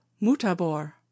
mutabor